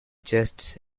chests